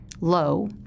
low